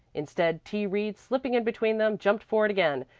instead, t. reed, slipping in between them, jumped for it again,